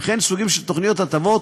וכן סוגים של תוכניות הטבות